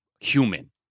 human